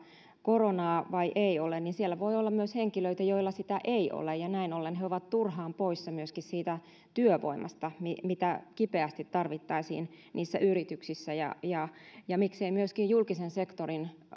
koronaa vai ei ole ja siellä voi olla myös henkilöitä joilla sitä ei ole niin näin ollen he ovat turhaan poissa myöskin siitä työvoimasta mitä mitä kipeästi tarvittaisiin yrityksissä ja ja miksei myöskin julkisen sektorin